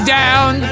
down